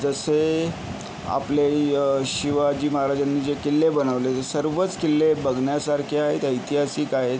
जसे आपले शिवाजी महाराजांनी जे किल्ले बनवले ते सर्वच किल्ले बघण्यासारखे आहेत ऐतिहासिक आहेत